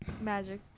Magic